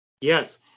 Yes